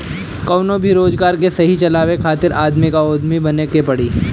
कवनो भी रोजगार के सही चलावे खातिर आदमी के उद्यमी बने के पड़ी